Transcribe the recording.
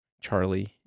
Charlie